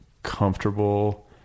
comfortable